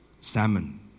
Salmon